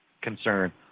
concern